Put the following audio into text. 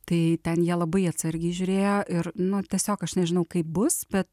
tai ten jie labai atsargiai žiūrėjo ir nu tiesiog aš nežinau kaip bus bet